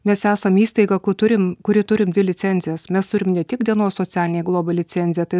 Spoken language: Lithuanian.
mes esam įstaiga turim kuri turim dvi licenzijas mes turim ne tik dienos socialinei globai licenziją tai